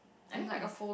I mean it's